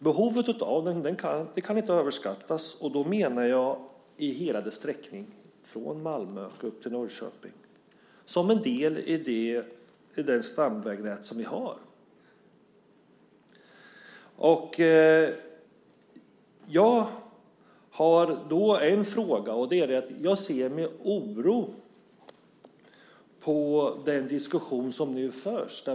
Behovet av den kan inte överskattas, och då menar jag hela dess sträckning, från Malmö upp till Norrköping. Den är en del i det stamvägnät som vi har. Jag har då en fråga. Jag ser med oro på den diskussion som nu förs.